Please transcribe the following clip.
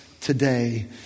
today